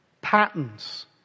patterns